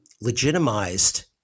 legitimized